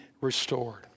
restored